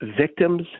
victims